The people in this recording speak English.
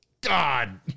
God